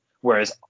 Whereas